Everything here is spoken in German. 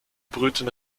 brüten